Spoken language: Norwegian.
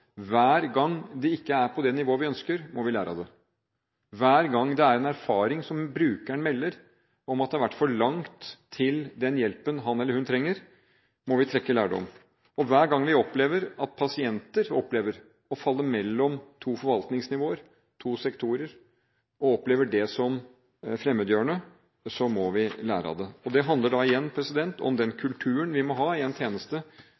Hver gang det ikke er på det nivået vi ønsker, må vi lære av det. Hver gang en bruker melder en erfaring om at det har vært for langt til den hjelpen han eller hun trenger, må vi trekke lærdom. Og hver gang pasienter opplever å falle mellom to forvaltningsnivåer, to sektorer, og opplever det som fremmedgjørende, må vi lære av det. Det handler igjen om den kulturen vi må ha i en tjeneste